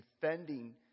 defending